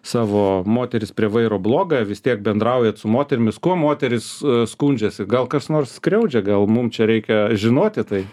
savo moteris prie vairo blogą vis tiek bendraujat su moterimis kuo moterys skundžiasi gal kas nors skriaudžia gal mum čia reikia žinoti tai